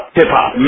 hip-hop